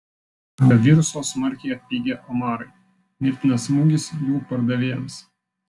dėl viruso smarkiai atpigę omarai mirtinas smūgis jų pardavėjams